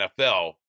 NFL